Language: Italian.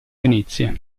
venezia